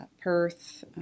Perth